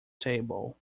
table